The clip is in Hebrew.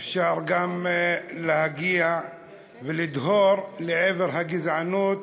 אפשר גם להגיע ולדהור, לעבר הגזענות,